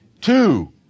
Two